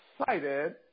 excited